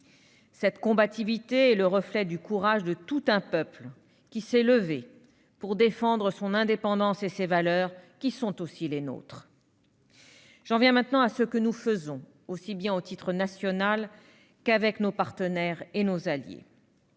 Cette combativité est le reflet du courage de tout un peuple, qui s'est levé pour défendre son indépendance et ses valeurs, lesquelles sont aussi les nôtres. J'en viens maintenant à ce que nous faisons, aussi bien à titre national qu'avec nos partenaires et nos alliés.